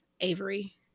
Avery